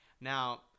Now